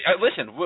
listen